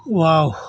wow